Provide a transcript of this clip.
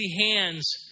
hands